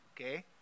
okay